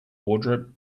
wardrobe